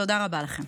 תודה רבה לכם.